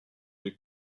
les